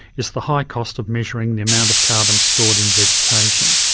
is the high cost of measuring the amount of carbon stored in vegetation.